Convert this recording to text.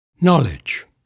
Knowledge